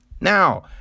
Now